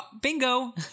bingo